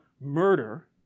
murder